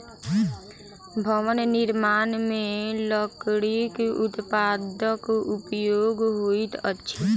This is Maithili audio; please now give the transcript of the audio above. भवन निर्माण मे लकड़ीक उत्पादक उपयोग होइत अछि